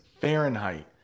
Fahrenheit